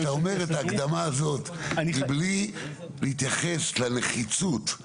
כשאתה אומר את ההקדמה הזאת מבלי להתייחס לנחיצות,